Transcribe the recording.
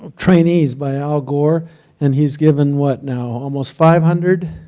um trainees by al gore and he's given what now, almost five hundred,